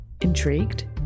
Intrigued